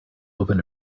opened